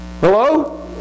Hello